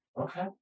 Okay